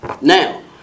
Now